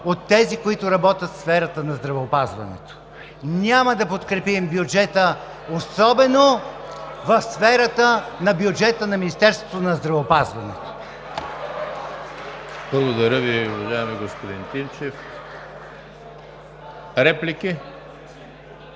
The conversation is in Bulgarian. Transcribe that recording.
от тези, които работят в сферата на здравеопазването. Няма да подкрепим бюджета особено в сферата на бюджета на Министерството на здравеопазването. (Шум и реплики,